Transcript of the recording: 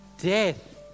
death